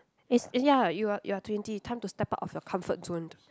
it's eh ya you are you are twenty time to step out of your comfort zone